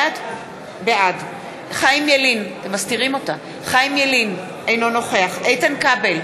בעד חיים ילין, אינו נוכח איתן כבל,